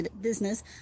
business